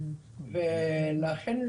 ולכן,